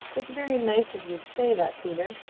it's very nice of you to say that, peter.